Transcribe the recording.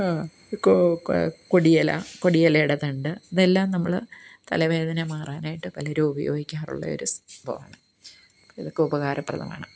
കൊടിയില കൊടിയിലയുടെ തണ്ട് ഇതെല്ലാം നമ്മൾ തലവേദന മാറാനായിട്ട് പലരും ഉപയോഗിക്കാറുള്ള ഒരു സംഭവമാണ് അപ്പോൾ ഇതൊക്കെ ഉപകാരപ്രദമാണ്